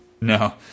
No